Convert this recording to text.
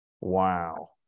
Wow